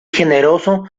generoso